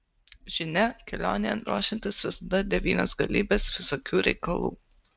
žinia kelionėn ruošiantis visada devynios galybės visokių reikalų